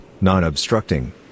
non-obstructing